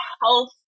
health